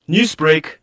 Newsbreak